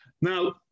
Now